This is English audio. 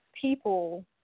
people